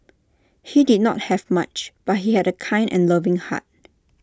he did not have much but he had A kind and loving heart